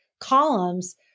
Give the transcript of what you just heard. columns